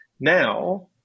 Now